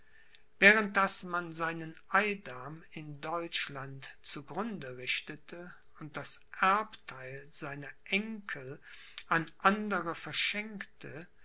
während daß man seinen eidam in deutschland zu grunde richtete und das erbtheil seiner enkel an andere verschenkte